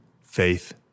faith